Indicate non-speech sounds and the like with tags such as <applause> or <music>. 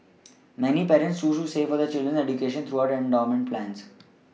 <noise> many parents choose to save for their children's education through endowment plans